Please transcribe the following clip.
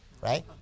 right